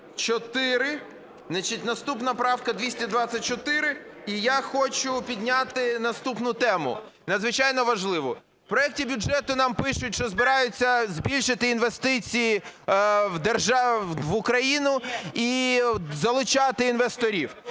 Наступна правка 224. І я хочу підняти наступну тему, надзвичайно важливу. В проекті бюджету нам пишуть, що збираються збільшити інвестиції в Україну і залучати інвесторів.